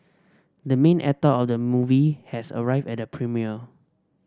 the main actor of the movie has arrived at the premiere